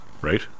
right